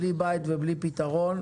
בלי בית ובלי פתרון,